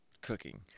cooking